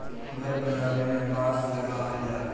घर बनावे में बांस लगावल जाला